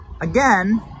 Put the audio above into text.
Again